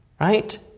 Right